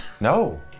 No